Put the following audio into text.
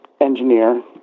engineer